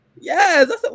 yes